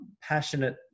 passionate